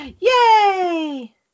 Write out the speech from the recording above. Yay